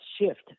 shift